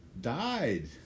died